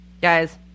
Guys